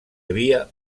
havia